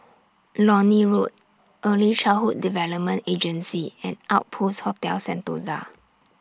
Lornie Road Early Childhood Development Agency and Outpost Hotel Sentosa